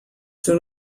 soon